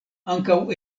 ankaŭ